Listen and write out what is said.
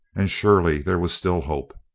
and surely there was still hope.